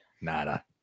Nada